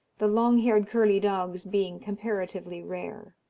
the long-haired curly dogs being comparatively rare.